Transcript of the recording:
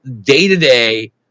day-to-day